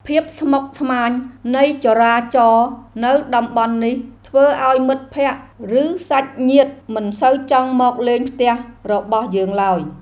ភាពស្មុគស្មាញនៃចរាចរណ៍នៅតំបន់នេះធ្វើឱ្យមិត្តភក្តិ ឬសាច់ញាតិមិនសូវចង់មកលេងផ្ទះរបស់យើងឡើយ។